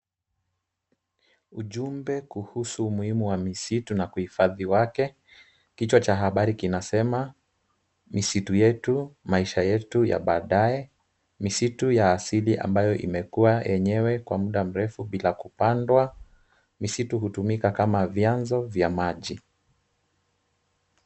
Ujumbe kuhusu umuhimu wa misitu na kuhifadhi wake. Kichwa cha habari kinasema misitu yetu, maisha yetu ya baadae. Misitu ya asili ambayo imekua yenyewe kwa muda mrefu bila kupandwa. Misitu hutumika kama vyanzo vya maji.